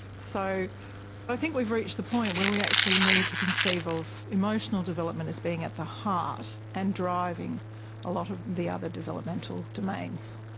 so i think we've reached the point where we actually need to conceive of emotional development as being at the heart and driving a lot of the other developmental domains.